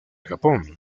japón